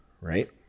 right